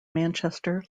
manchester